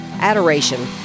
adoration